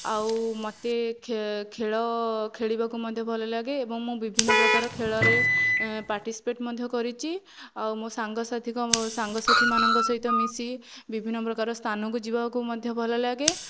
ଆଉ ମୋତେ ଖେଳ ଖେଳିବାକୁ ମଧ୍ୟ ଭଲଲାଗେ ଏବଂ ମୁଁ ବିଭିନ୍ନ ପ୍ରକାର ଖେଳରେ ପାର୍ଟିସିପେଟ୍ ମଧ୍ୟ କରିଛି ଆଉ ମୋ' ସାଙ୍ଗସାଥୀଙ୍କ ସାଙ୍ଗସାଥୀମାନଙ୍କ ସହିତ ମିଶି ବିଭିନ୍ନ ପ୍ରକାର ସ୍ଥାନକୁ ଯିବାକୁ ମଧ୍ୟ ଭଲଲାଗେ